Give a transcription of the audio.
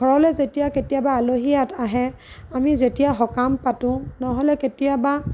ঘৰলৈ যেতিয়া কেতিয়াবা আলহী আহে আমি যেতিয়া সকাম পাতোঁ নহ'লে কেতিয়াবা